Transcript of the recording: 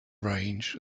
range